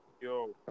yo